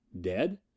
Dead